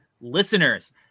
listeners